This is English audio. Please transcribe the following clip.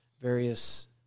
various